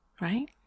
Right